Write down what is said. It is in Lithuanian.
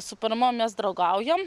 su parama mes draugaujam